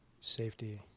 safety –